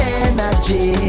energy